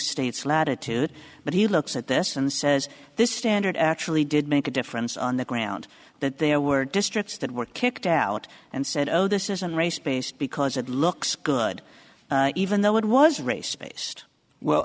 states latitude but he looks at this and says this standard actually did make a difference on the ground that there were districts that were kicked out and said oh this isn't race based because it looks good even though it was race based well